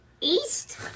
East